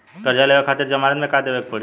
कर्जा लेवे खातिर जमानत मे का देवे के पड़ी?